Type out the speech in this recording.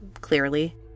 clearly